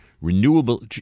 renewable